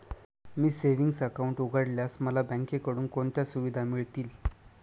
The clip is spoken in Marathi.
मी सेविंग्स अकाउंट उघडल्यास मला बँकेकडून कोणत्या सुविधा मिळतील?